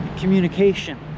Communication